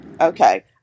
Okay